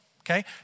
okay